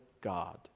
God